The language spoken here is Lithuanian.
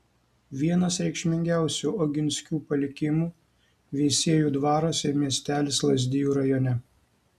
vienas reikšmingiausių oginskių palikimų veisiejų dvaras ir miestelis lazdijų rajone